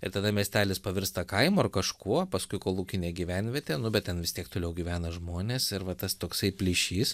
ir tada miestelis pavirsta kaimu ar kažkuo paskui kolūkine gyvenviete nu bet ten vis tiek toliau gyvena žmonės ir va tas toksai plyšys